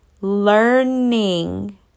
Learning